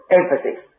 emphasis